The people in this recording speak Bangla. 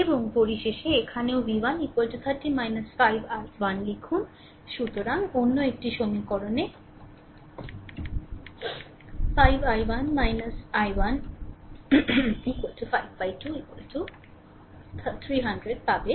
এবং পরিশেষে এখানেও v1 30 - 5i1 লিখুন সুতরাং অন্য একটি সমীকরণটি 5i1 i1 52 300 পাবে